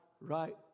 right